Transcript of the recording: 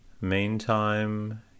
Meantime